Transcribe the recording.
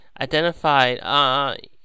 identified